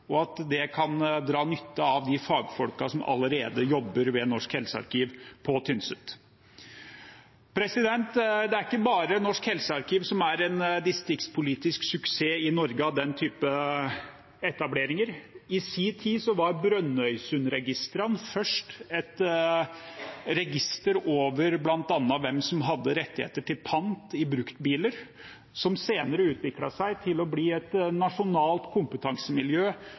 og at de kan dra nytte av de fagfolkene som allerede jobber ved Norsk helsearkiv på Tynset. Det er ikke bare Norsk helsearkiv som er en distriktspolitisk suksess i Norge av den typen etableringer. I sin tid var Brønnøysundregistrene først et register over bl.a. hvem som hadde rettigheter til pant i bruktbiler, som senere utviklet seg til å bli et nasjonalt kompetansemiljø